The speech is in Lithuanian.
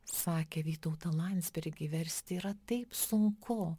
sakė vytautą landsbergį versti yra taip sunku